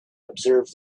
observe